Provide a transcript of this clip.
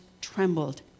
trembled